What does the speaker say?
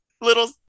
little